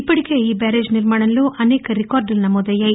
ఇప్పటికే ఈ బ్యారేజీ నిర్మాణంలో అనేక రికార్డులు నమోదయ్యాయి